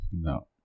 no